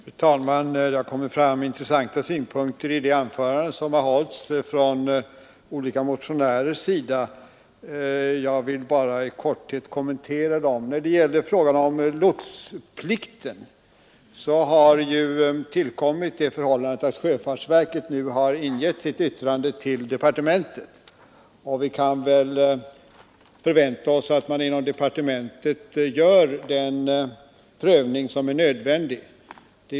Fru talman! Det har kommit fram intressanta synpunkter i de anföranden som hållits från olika motionärers sida. Jag vill bara i korthet kommentera dem. I fråga om lotsplikten har tillkommit det förhållandet att sjöfartsverket nu ingett sitt yttrande till departementet. Vi kan väl förvänta oss att man inom departementet gör den prövning som är nödvändig.